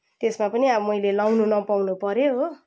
यसमा पनि अब मैले लगाउनु नपाउनु पर्यो हो